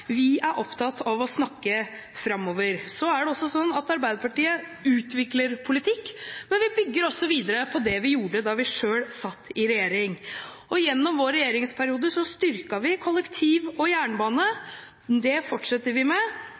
vi møter i framtiden. Vi er opptatt av å snakke framover. Så er det sånn at Arbeiderpartiet utvikler politikk, men vi bygger også videre på det vi gjorde da vi selv satt i regjering. Gjennom vår regjeringsperiode styrket vi kollektivtransport og jernbane – det fortsetter vi med,